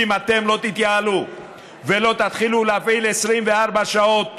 אם אתם לא תתייעלו ולא תתחילו להפעיל 24 שעות